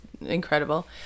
incredible